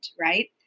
right